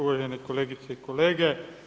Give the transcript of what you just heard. Uvažene kolegice i kolege.